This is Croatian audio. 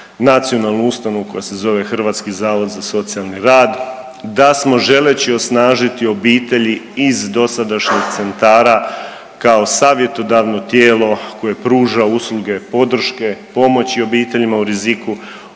nacionalnu ustanovu koja se zove Hrvatski zavod za socijalni rad, da smo želeći osnažiti obitelji iz dosadašnjih centara kao savjetodavno tijelo koje pruža usluge podrške i pomoći obiteljima u riziku osnovali